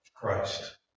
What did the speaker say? Christ